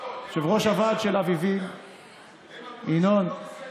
הם אמרו לי שזה,